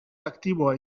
aktiboa